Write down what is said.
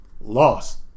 lost